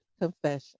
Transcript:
confession